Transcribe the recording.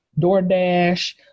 DoorDash